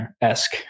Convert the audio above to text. esque